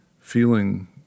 feeling